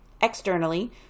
Externally